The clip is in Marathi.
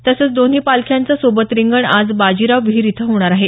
तसंच दोन्ही पालख्यांचं सोबत रिंगण आज बाजीराव विहीर इथं होणार आहे